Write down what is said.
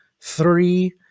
three